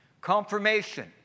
Confirmation